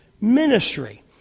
ministry